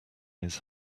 his